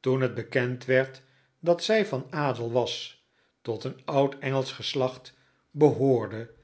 toen het bekend werd dat zij van adel was tot een oud engelsch geslacht behoorde